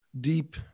deep